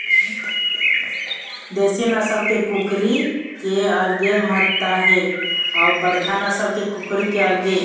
देशी नसल के कुकरी के अलगे महत्ता हे अउ बड़का नसल के कुकरी के अलगे